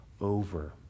over